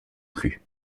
plus